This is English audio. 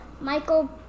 Michael